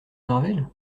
marvel